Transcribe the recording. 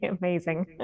amazing